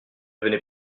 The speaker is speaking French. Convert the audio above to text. venez